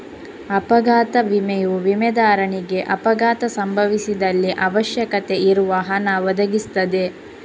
ಅಪಘಾತ ವಿಮೆಯು ವಿಮೆದಾರನಿಗೆ ಅಪಘಾತ ಸಂಭವಿಸಿದಲ್ಲಿ ಅವಶ್ಯಕತೆ ಇರುವ ಹಣ ಒದಗಿಸ್ತದೆ